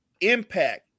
impact